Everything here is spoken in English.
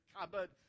cupboard